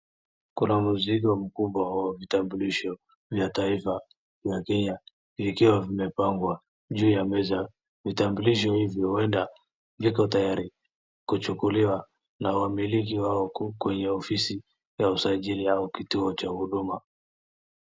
Kuna mzigo mkubwa wa vitambulisho vya taifa ya Kenya vikiwa vimepangwa juu ya meza. Vitambulisho hivyo huenda viko tayari kuchukuliwa na wamiliki wao kwenye ofisi ya usajili au kituo cha huduma.